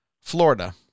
Florida